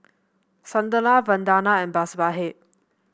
Sunderlal Vandana and Babasaheb